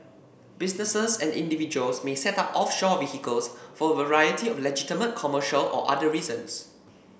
businesses and individuals may set up offshore vehicles for a variety of legitimate commercial or other reasons